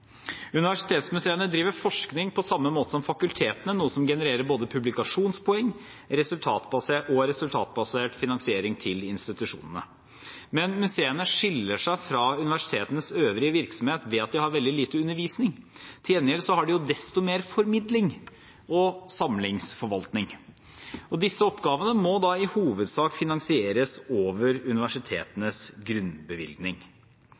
Universitetsmuseene driver forskning på samme måte som fakultetene, noe som genererer både publikasjonspoeng og resultatbasert finansiering til institusjonene. Men museene skiller seg fra universitetenes øvrige virksomhet ved at de har veldig lite undervisning. Til gjengjeld har de desto mer formidling og samlingsforvaltning. Disse oppgavene må da i hovedsak finansieres over universitetenes grunnbevilgning.